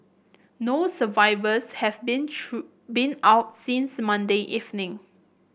no survivors have been true been out since Monday evening